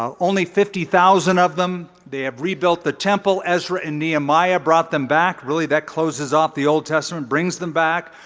um only fifty thousand of them. they have rebuilt the temple ezra and nehemiah brought them back. really that closes off the old testament brings them back.